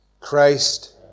Christ